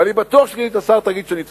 ואני בטוח שסגנית השר תגיד שאני צודק.